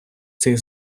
цих